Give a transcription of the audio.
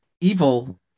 evil